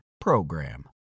PROGRAM